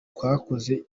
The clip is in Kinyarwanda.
twakoze